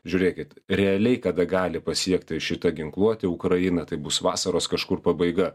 žiūrėkit realiai kada gali pasiekti šitą ginkluotė ukrainą tai bus vasaros kažkur pabaiga